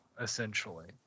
essentially